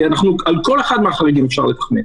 כי על כל אחד מהחריגים אפשר לתחמן.